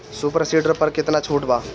Super seeder पर केतना छूट बा?